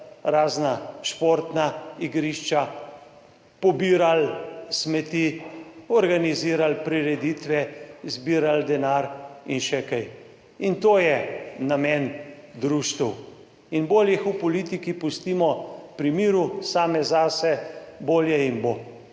razna športna igrišča, pobirali smeti, organizirali prireditve, zbirali denar in še kaj in to je namen društev. In bolj jih v politiki pustimo pri miru, same zase, bolje jim bo.